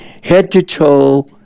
head-to-toe